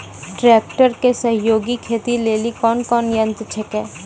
Tractor के सहयोगी खेती लेली कोन कोन यंत्र छेकै?